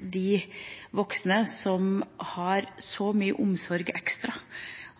de voksne som har så mye ekstra omsorg